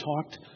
talked